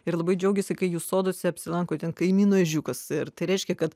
ir labai džiaugiasi kai jų soduose apsilanko ten kaimyno ežiukas ir tai reiškia kad